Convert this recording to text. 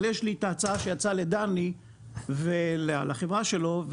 אבל יש פה את ההצעה שיצאה לדני ולחברה שלו,